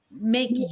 make